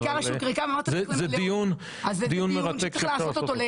זה דיון מרתק שאפשר לעשות אותו.